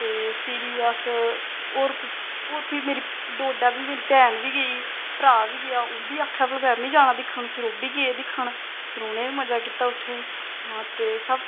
ते फिरी अस होर कुदै होर फिर होर डोडा बी मेरी भैन बी गेई भ्राऽ बी गेआ उब्बी आक्खै भला में बी जाना दिक्खन फिर ओह् बी गे दिक्खन ते फिर उ'नें बी मजा कीता उत्थें हां ते सब